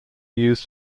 used